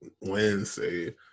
Wednesday